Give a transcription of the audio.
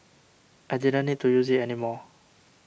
I didn't need to use it anymore